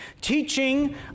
teaching